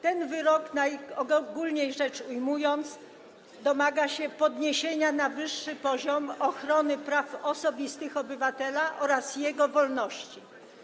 Ten wyrok, najogólniej rzecz ujmując, domaga się podniesienia poziomu ochrony praw osobistych obywatela oraz jego wolności.